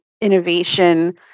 innovation